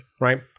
right